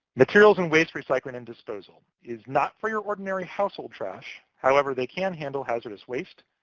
materials and waste recycling and disposal is not for your ordinary household trash however, they can handle hazardous waste,